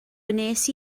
wnes